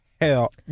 hell